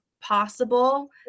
possible